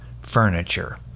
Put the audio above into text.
furniture